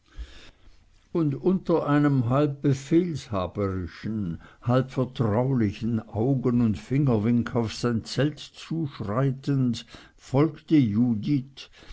und unter einem halb befehlshaberischen halb vertraulichen augen und fingerwink auf sein zelt zuschreitend folgte judith